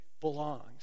belongs